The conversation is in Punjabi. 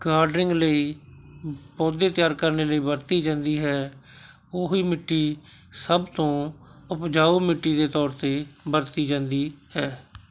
ਗਾਡਰਿੰਗ ਲਈ ਪੌਦੇ ਤਿਆਰ ਕਰਨ ਲਈ ਵਰਤੀ ਜਾਂਦੀ ਹੈ ਉਹ ਹੀ ਮਿੱਟੀ ਸਭ ਤੋਂ ਉਪਜਾਊ ਮਿੱਟੀ ਦੇ ਤੌਰ 'ਤੇ ਵਰਤੀ ਜਾਂਦੀ ਹੈ